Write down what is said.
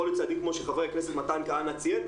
יכול להיות צעדים כמו שחבר הכנסת מתן כהנא ציין,